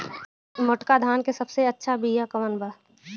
मोटका धान के सबसे अच्छा बिया कवन बा?